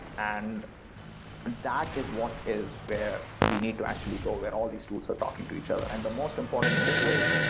and that is what is where we need to actually go where all these tools are talking to each other. the most important thing is,